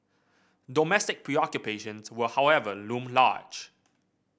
domestic preoccupations will however loom large